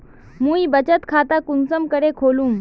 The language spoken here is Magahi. मुई बचत खता कुंसम करे खोलुम?